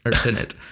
Senate